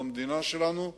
במדינה שלנו,